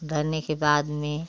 धरने के बाद में